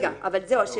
רגע, אבל זהו.